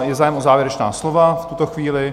Je zájem o závěrečná slova v tuto chvíli?